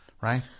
right